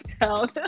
town